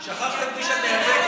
שכחת את מי שאת מייצגת.